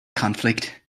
conflict